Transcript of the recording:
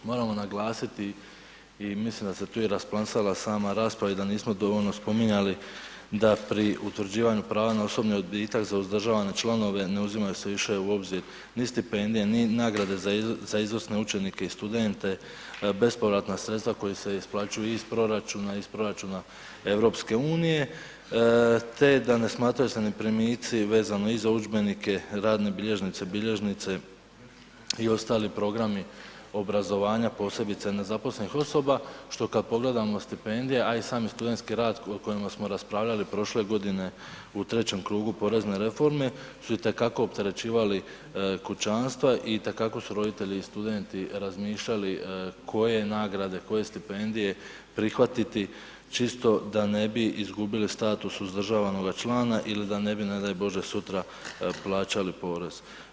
Moramo naglasiti i mislim da se tu i rasplamsala sama rasprava i da nismo dovoljno spominjali da pri utvrđivanju prava na osobni odbitak za uzdržavane članove ne uzimaju se više u obzir ni stipendije, ni nagrade za izvrsne učenike i studente, bespovratna sredstva koja se isplaćuju iz proračuna, iz proračuna EU, te da ne smatraju se ni primici vezano i za udžbenike, radne bilježnice, bilježnice i ostali programi obrazovanja, posebice nezaposlenih osoba, što kad pogledamo stipendije, a i sami studentski rad o kojemu smo raspravljali prošle godine u trećem krugu porezne reforme, su itekako opterećivali kućanstva, itekako su roditelji i studenti razmišljali koje nagrade, koje stipendije prihvatiti, čisto da ne bi izgubili status uzdržavanoga člana ili da ne bi ne daj Bože sutra plaćali porez.